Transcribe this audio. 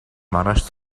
маргааш